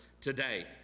today